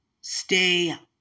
Stay